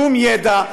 שום ידע.